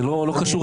זה לא קשור.